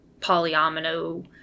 polyomino